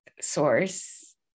source